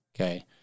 Okay